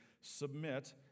submit